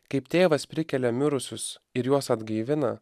kaip tėvas prikelia mirusius ir juos atgaivina